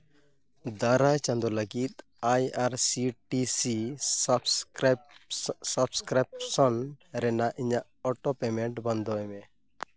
ᱫᱟᱨᱟᱭ ᱪᱟᱸᱫᱚ ᱞᱟᱹᱜᱤᱫ I R C T C subscribe subscription ᱨᱮᱱᱟᱜ ᱤᱧᱟᱹᱜ ᱚᱴᱳ ᱯᱮᱢᱮᱱᱴ ᱵᱚᱱᱫᱚᱭ ᱢᱮ